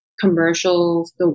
commercials